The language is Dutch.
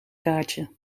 kaartje